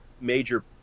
major